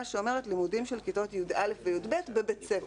שאומרת: לימודים של כיתות י"א ו-י"ב בבית ספר,